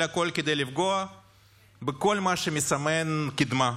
הכול כדי לפגוע בכל מה שמסמן קדמה.